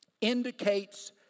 indicates